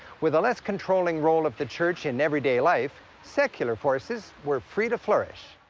with a less controlling role of the church in everyday life, secular forces were free to flourish.